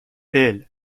الکادوی